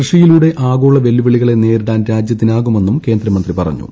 കൃഷിയിലൂടെ ആഗോള വെല്ലുവിളികളെ നേരിടാൻ രാജ്യത്തിനാകുമെന്നും കേന്ദ്രമന്ത്രി പറഞ്ഞു